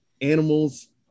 Animals